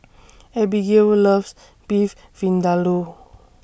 Abbigail loves Beef Vindaloo